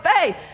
faith